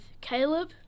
Caleb